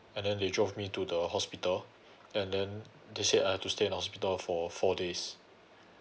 and then they drove me to the hospital and then they said I have to stay in hospital for four days